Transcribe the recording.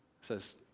says